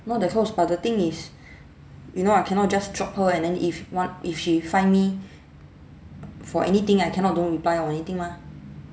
not that close but the thing is you know I cannot just drop her and then if one if she find me for anything I cannot don't reply or anything mah